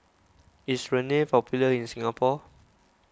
is Rene popular in Singapore